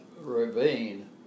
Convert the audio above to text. ravine